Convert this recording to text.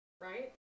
Right